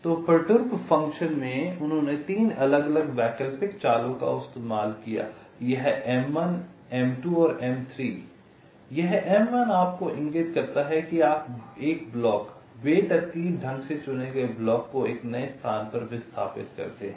तो perturb function में उन्होंने 3 अलग अलग वैकल्पिक चालों का इस्तेमाल किया यह M1 M2 और M3 यह M1 आपको इंगित करता है कि आप एक ब्लॉक बेतरतीब ढंग से चुने गए ब्लॉक को एक नए स्थान पर विस्थापित करते हैं